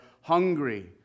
hungry